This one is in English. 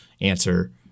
answer